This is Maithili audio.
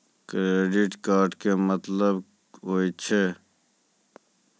क्रेडिट कार्ड के मतलब होय छै?